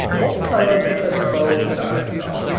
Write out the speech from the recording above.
what colour professor bulge's eyes are?